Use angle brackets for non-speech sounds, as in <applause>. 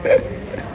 <noise>